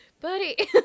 buddy